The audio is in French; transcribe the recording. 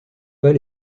pas